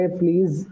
please